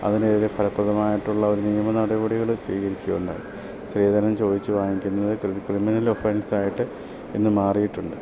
അതിന് എതിരെ ഫലപ്രദമായിട്ടുള്ള ഒരു നിയമ നടപടികൾ സ്വീകരിക്കുക ഉണ്ടായി സ്ത്രീധനം ചോദിച്ച് വാങ്ങിക്കുന്നത് ക്രിമിനൽ ഒഫൻസായിട്ട് ഇന്ന് മാറിയിട്ടുണ്ട്